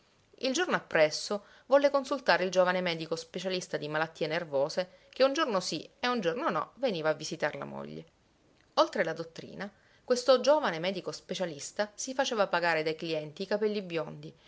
il giorno appresso volle consultare il giovane medico specialista di malattie nervose che un giorno sì e un giorno no veniva a visitar la moglie oltre la dottrina questo giovane medico specialista si faceva pagare dai clienti i capelli biondi